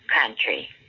country